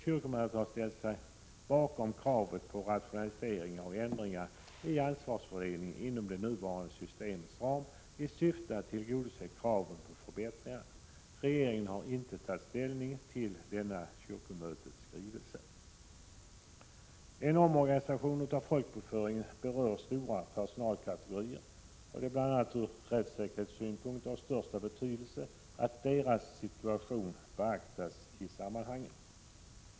Kyrkomötet har ställt sig bakom kravet på rationaliseringar och ändringar i ansvarsfördelningen inom det nuvarande systemets ram i syfte att tillgodose kraven på förbättringar. Regeringen har inte tagit ställning till denna kyrkomötets skrivelse. En omorganisation av folkbokföringen berör stora personalkategorier, och det är bl.a. från rättssäkerhetssynpunkt av största betydelse att deras situation beaktas i sammanhanget.